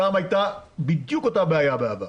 שם הייתה בדיוק אותה בעיה בעבר.